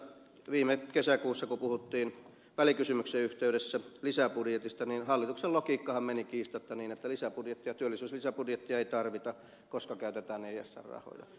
viime kesäkuussa kun puhuttiin välikysymyksen yhteydessä lisäbudjetista hallituksen logiikkahan meni kiistatta niin että työllisyyslisäbudjettia ei tarvita koska käytetään esr rahoja